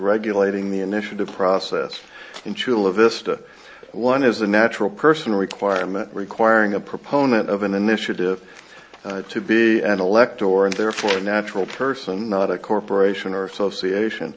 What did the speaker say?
regulating the initiative process in chula vista one is the natural personal requirement requiring a proponent of an initiative to be an elector or and therefore a natural person not a corporation or association